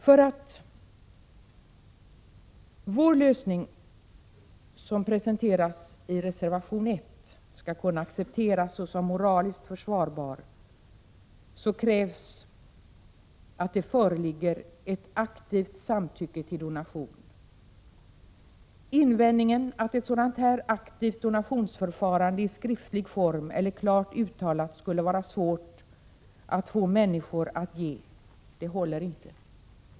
För att den lösning som vi presenterar i reservation 1 skall kunna accepteras såsom moraliskt försvarbar krävs det ett aktivt samtycke till donation. Invändningen håller inte att ett sådant här aktivt donationsförfarande, i skriftlig form eller klart uttalat, skulle vara svårt att få människor att ge sitt samtycke till.